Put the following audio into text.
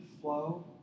flow